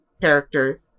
character